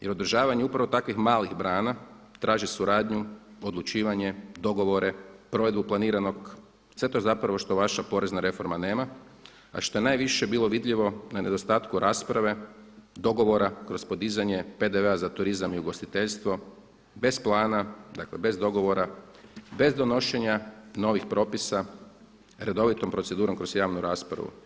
Jer održavanje upravo takvih malih brana traži suradnju, odlučivanje, dogovore, provedbu planiranog sve to zapravo što vaša porezna reforma nema a što je najviše bilo vidljivo na nedostatku rasprave, dogovora kroz podizanje PDV-a za turizam i ugostiteljstvo bez plana, dakle bez dogovora, bez donošenja novih propisa redovitom procedurom kroz javnu raspravu.